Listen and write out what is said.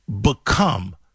become